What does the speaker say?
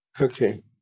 Okay